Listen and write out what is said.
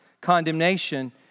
Condemnation